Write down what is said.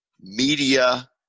media